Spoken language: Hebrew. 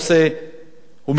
הוא מקיים ישיבות,